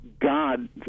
God